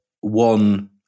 one